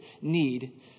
need